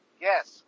Yes